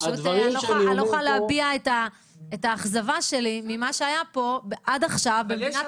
פשוט אני לא יכולה להביע את האכזבה שלי ממה שהיה פה עד עכשיו במדינת